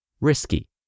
Risky